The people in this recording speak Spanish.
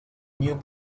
new